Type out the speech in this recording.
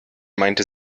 meinte